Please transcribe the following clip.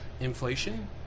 Inflation